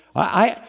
i.